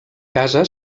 casa